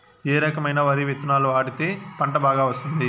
ఏ రకమైన వరి విత్తనాలు వాడితే పంట బాగా వస్తుంది?